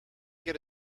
get